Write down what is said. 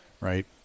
right